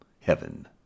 heaven